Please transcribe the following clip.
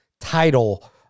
title